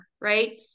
right